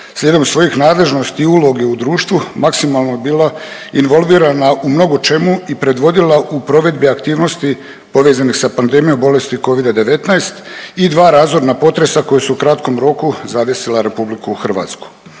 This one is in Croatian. slijedom svojih nadležnosti, uloge u društvu maksimalno bila involvirana u mnogočemu i predvodila u provedbi aktivnosti povezanih sa pandemijom bolesti Covida-19 i dva razorna potresa koja su u kratkom roku zadesila RH. Kao i uvijek,